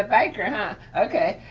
biker, huh? okay